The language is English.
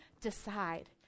decide